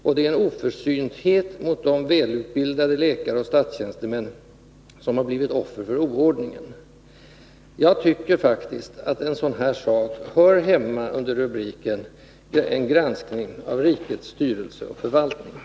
Den är också en oförsynthet mot de välutbildade läkare och statstjänstemän som har blivit offer för oordningen. Jag tycker faktiskt att en sådan här sak hör hemma under rubriken ”granskning av rikets styrelse och förvaltning”.